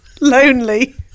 lonely